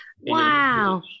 Wow